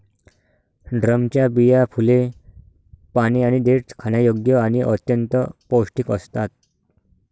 ड्रमच्या बिया, फुले, पाने आणि देठ खाण्यायोग्य आणि अत्यंत पौष्टिक असतात